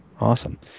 Awesome